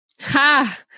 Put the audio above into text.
Ha